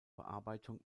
bearbeitung